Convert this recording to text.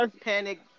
Panic